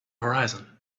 horizon